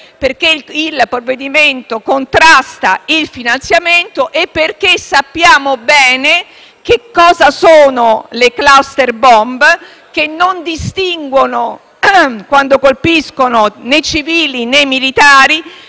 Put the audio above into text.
perché il provvedimento contrasta il finanziamento e sappiamo bene che cosa sono le *cluster bomb*, le quali non distinguono, quando colpiscono, né civili né militari